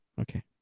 Okay